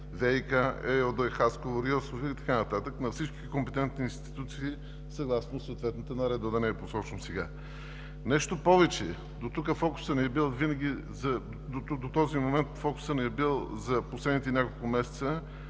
„ВиК“ ЕООД – Хасково, РИОСВ и така нататък – на всички компетентни институции съгласно съответната наредба, да не я посочвам сега. Нещо повече, до този момент фокусът ни е бил за последните няколко месеца